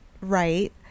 right